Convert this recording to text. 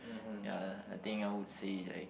ya I think I would say like